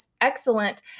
excellent